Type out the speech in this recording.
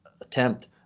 attempt